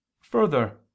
Further